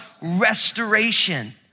restoration